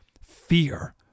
fear